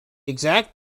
exact